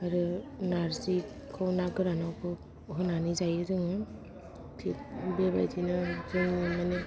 आरो नार्जिखौ ना गोरानावबो होनानै जायो जोङो थिग बेबायदिनो जोङो माने